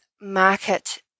market